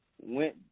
went